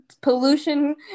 Pollution